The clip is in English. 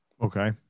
Okay